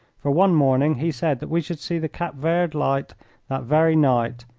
for one morning he said that we should see the cape verd light that very night,